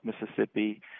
Mississippi